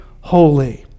Holy